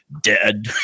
dead